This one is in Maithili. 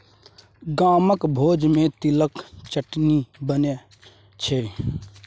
गामक भोज मे तिलक चटनी बनै छै